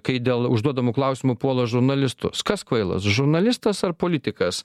kai dėl užduodamų klausimų puola žurnalistus kas kvailas žurnalistas ar politikas